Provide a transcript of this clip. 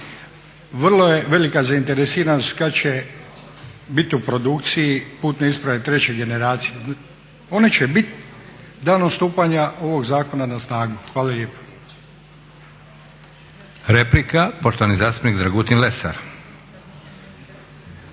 Vrlo je velika zainteresiranost kad će biti u produkciji putne isprave treće generacije. One će biti danom stupanja ovog zakona na snagu. Hvala lijepo.